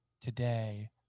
today